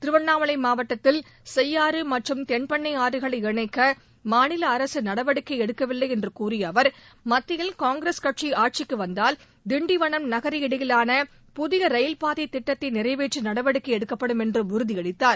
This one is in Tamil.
திருவண்ணாமலை மாவட்டத்தில் செய்யாறு மற்றும் தென்பெண்ணை ஆறுகளை இணைக்க மாநில அரசு நடவடிக்கை எடுக்கவில்லை என்று கூறிய அவர் மத்தியில் காங்கிரஸ் ஆட்சிக்கு வந்தால் திண்டிவனம் நகரி இடையிலான புதிய ரயில் பாதை திட்டத்தை நிறைவேற்ற நடவடிக்கை எடுக்கப்படும் என்றம் உறுதியளித்தார்